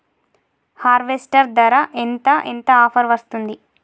Harvester ధర ఎంత ఎంత ఆఫర్ వస్తుంది?